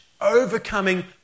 overcoming